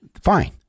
Fine